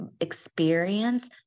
experience